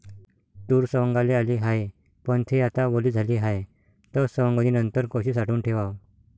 तूर सवंगाले आली हाये, पन थे आता वली झाली हाये, त सवंगनीनंतर कशी साठवून ठेवाव?